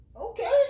Okay